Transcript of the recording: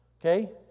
Okay